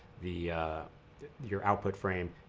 the your output frame,